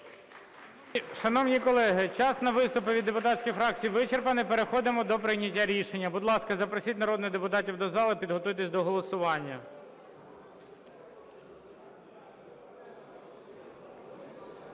Шановні колеги, час на виступи від депутатських фракцій вичерпаний, переходимо до прийняття рішення. Будь ласка, запросіть народних депутатів до зали і підготуйтесь до голосування.